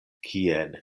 kien